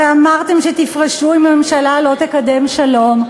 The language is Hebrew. הרי אמרתם שתפרשו אם הממשלה לא תקדם שלום,